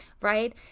right